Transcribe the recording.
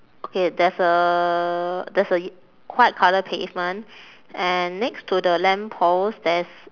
okay there's a there's a white colour pavement and next to the lamp post there's